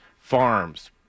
farms